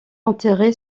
enterré